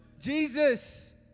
Jesus